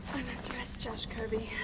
rest, josh kirby.